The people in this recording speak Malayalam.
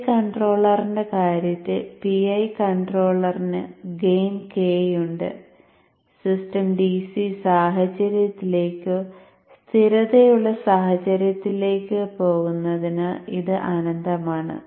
PI കൺട്രോളറിന്റെ കാര്യത്തിൽ PI കൺട്രോളറിന് ഗെയിൻ k ഉണ്ട് സിസ്റ്റം DC സാഹചര്യത്തിലേക്കോ സ്ഥിരതയുള്ള സാഹചര്യത്തിലേക്കോ പോകുന്നതിനാൽ ഇത് അനന്തമാണ്